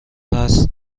هست